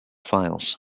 files